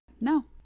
No